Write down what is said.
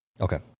Okay